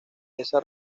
esa